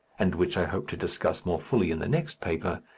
and which i hope to discuss more fully in the next paper,